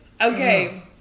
Okay